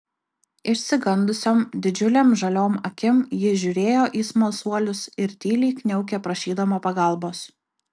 išsigandusiom didžiulėm žaliom akim ji žiūrėjo į smalsuolius ir tyliai kniaukė prašydama pagalbos